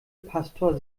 pastor